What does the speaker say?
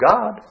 God